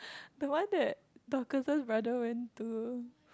the one that Dorcas's brother went to